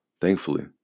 thankfully